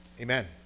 Amen